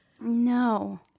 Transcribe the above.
No